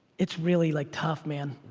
it's really like tough man.